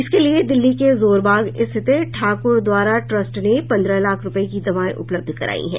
इसके लिए दिल्ली के जोरबाग स्थित ठाकुरद्वारा ट्रस्ट ने पन्द्रह लाख रुपए की दवाएं उपलब्ध कराई हैं